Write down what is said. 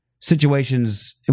situations